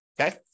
okay